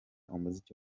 umuziki